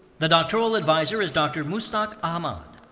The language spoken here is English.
the doctoral advisor is dr. mustaque ahamad.